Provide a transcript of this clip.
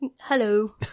Hello